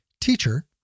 Teacher